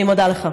אני מודה לך.